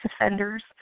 offenders